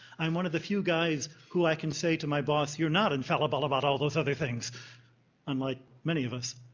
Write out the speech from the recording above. i'm one of the few guys who i can say to my boss, you're not infallible about all those other things unlike many of us.